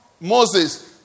Moses